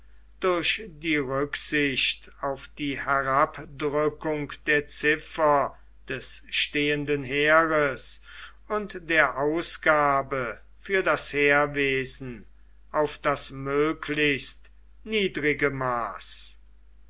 durch die rücksicht auf die herabdrückung der ziffer des stehenden heeres und der ausgabe für das heerwesen auf das möglichst niedrige maß